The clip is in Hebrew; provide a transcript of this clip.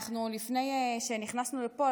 לפני שנכנסנו לפה,